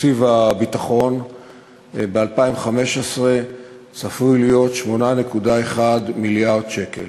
בתקציב הביטחון ב-2015 צפוי להיות 8.1 מיליארד שקל,